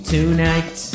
Tonight